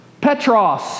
Petros